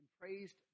praised